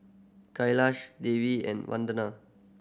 Kailash Devi and Vandana